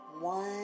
one